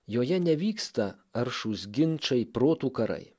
joje nevyksta aršūs ginčai protų karai